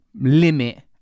limit